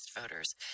voters